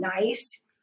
nice